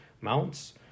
mounts